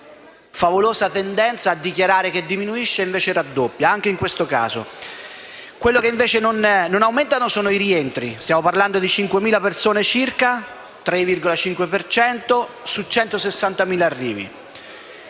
favolosa tendenza a dichiarare che il numero diminuisce, quando invece raddoppia, anche in questo caso. Quelli che invece non aumentano sono i rientri: stiamo parlando di 5.000 persone circa su 160.000 arrivi